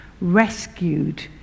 rescued